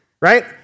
right